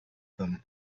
them